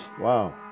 Wow